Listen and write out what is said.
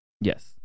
Yes